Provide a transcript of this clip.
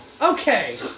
Okay